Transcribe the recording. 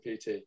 pt